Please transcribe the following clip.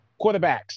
quarterbacks